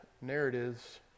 narratives